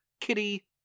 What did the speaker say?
Kitty